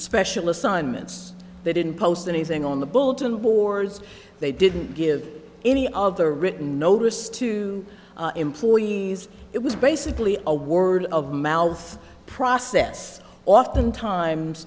special assignments they didn't post anything on the bulletin boards they didn't give any of the written notice to employees it was basically a word of mouth process often times